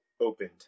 opened